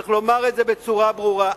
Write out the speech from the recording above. צריך לומר את זה בצורה ברורה.